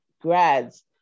grads